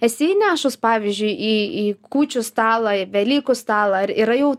esi įnešus pavyzdžiui į į kūčių stalą į velykų stalą ar yra jau